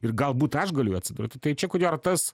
ir galbūt aš galiu joj atsidurti tai čia ko gero tas